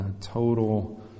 total